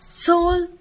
Soul